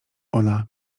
ona